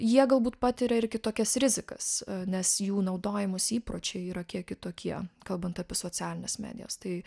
jie galbūt patiria ir kitokias rizikas nes jų naudojimosi įpročiai yra kiek kitokie kalbant apie socialines medijas tai